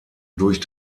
durch